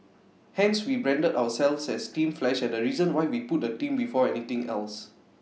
hence we branded ourselves as team flash and the reason why we put the team before anything else